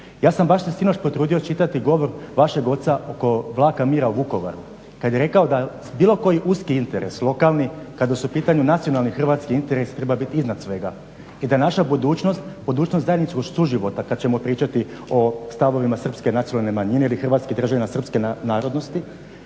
Ja sam baš se sinoć potrudio čitati govor vašeg oca oko Vlaka mira u Vukovaru kad je rekao da bilo koji uski interes lokalni kada su u pitanju nacionalni hrvatski interesi treba biti iznad svega i da naša budućnost, budućnost zajedničkog suživota, kad ćemo pričati o stavovima srpske nacionalne manjine ili hrvatskih državljana srpske narodnosti.